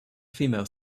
female